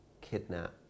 kidnap